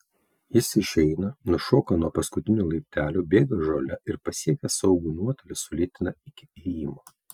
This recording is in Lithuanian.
jis išeina nušoka nuo paskutinių laiptelių bėga žole ir pasiekęs saugų nuotolį sulėtina iki ėjimo